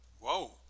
Whoa